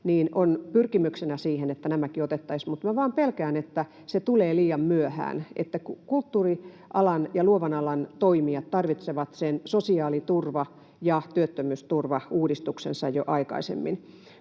on pyrkimys, että nämäkin otettaisiin, mutta minä vain pelkään, että se tulee liian myöhään. Kulttuurialan ja luovan alan toimijat tarvitsevat sosiaaliturva‑ ja työttömyysturvauudistuksensa jo aikaisemmin,